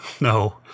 no